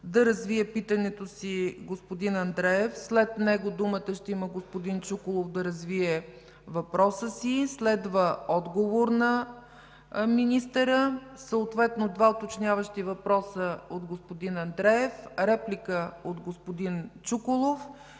да развие питането си господин Андреев, след него думата ще има господин Чуколов, за да развие въпроса си, следва отговор на министъра, съответно два уточняващи въпроса от господин Андреев, реплика от господин Чуколов